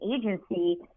agency